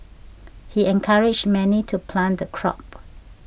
he encouraged many to plant the crop